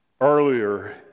Earlier